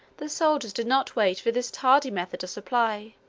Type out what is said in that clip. the soldiers did not wait for this tardy method of supply,